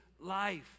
life